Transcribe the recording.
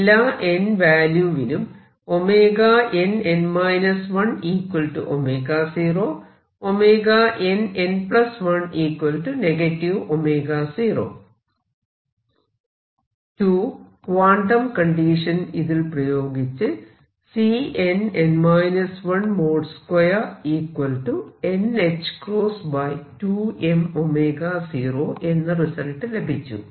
എല്ലാ n വാല്യൂവിനും nn 10 nn1 0 quantum condition ഇതിൽ പ്രയോഗിച്ച് എന്ന റിസൾട്ട് ലഭിച്ചു